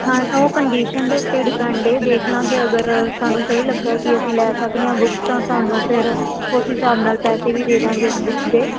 ਹਾਂ ਉਹ ਕੰਡੀਸ਼ਨ ਦੇ ਉੱਤੇ ਡਿਪੈਂਡ ਹੈ ਦੇਖ ਲਾਂਗੇ ਅਗਰ ਸਾਨੂੰ ਸਹੀ ਲੱਗਾ ਕਿ ਅਸੀਂ ਲੈ ਸਕਦੇ ਹਾਂ ਬੁੱਕਸ ਤਾਂ ਤੁਹਾਨੂੰ ਫਿਰ ਉਸ ਹਿਸਾਬ ਨਾਲ ਪੈਸੇ ਵੀ ਦੇ ਦਾਂਗੇ ਉਸ ਬੁੱਕਸ ਦੇ